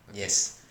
yes